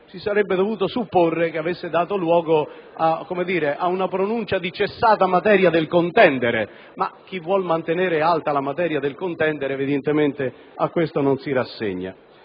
si sarebbe dovuto supporre che avesse dato luogo ad una pronuncia di cessata materia del contendere; ma chi vuole mantenere alto il livello della contesa evidentemente a questo non si rassegna.